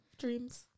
dreams